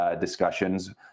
discussions